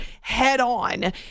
head-on